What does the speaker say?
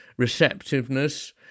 receptiveness